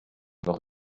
noch